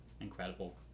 incredible